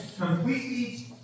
completely